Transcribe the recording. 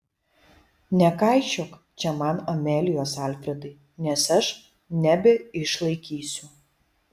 nekaišiok čia man amelijos alfredai nes aš nebeišlaikysiu